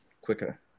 quicker